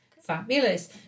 Fabulous